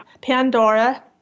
Pandora